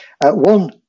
One